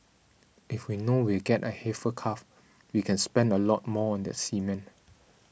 if we know we'll get a heifer calf we can spend a lot more on the semen